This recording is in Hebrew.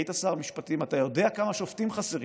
היית שר משפטים, אתה יודע כמה שופטים חסרים.